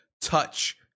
touch